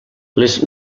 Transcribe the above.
les